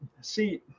see